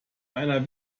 einer